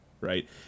right